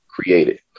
created